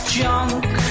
junk